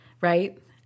Right